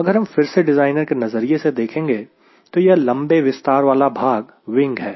अगर हम फिर से डिज़ाइनर के नज़रिए से देखेंगे तो यह लंबे विस्तार वाला भाग विंग है